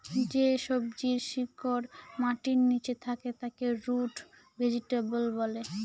যে সবজির শিকড় মাটির নীচে থাকে তাকে রুট ভেজিটেবল বলে